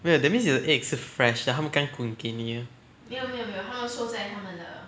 wait that means 你的 egg 是 fresh 的他们刚煮给你的